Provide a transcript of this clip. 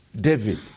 David